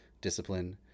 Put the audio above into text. discipline